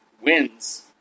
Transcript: wins